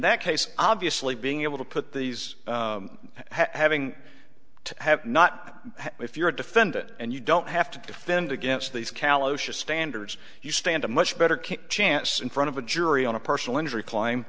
that case obviously being able to put these having to have not if you're a defendant and you don't have to defend against these callow should standards you stand a much better kick chance in front of a jury on a personal injury climb